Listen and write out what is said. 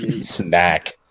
Snack